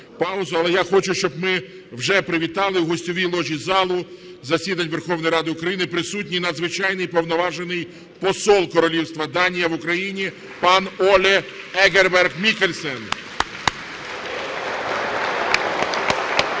Але я хочу, щоб ми вже привітали: в гостьовій ложі залу засідань Верховної Ради України присутній Надзвичайний та Повноважний Посол Королівства Данія Олє Егберг Міккельсен.